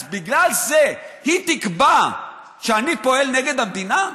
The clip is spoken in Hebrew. אז בגלל זה היא תקבע שאני פועל נגד המדינה?